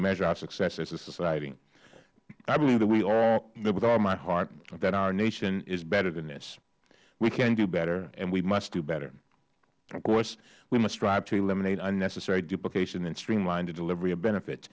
measure our success as a society i believe with all my heart that our nation is better than this we can do better and we must do better of course we must strive to eliminate unnecessary duplication and streamline the delivery of benefits